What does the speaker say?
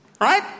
Right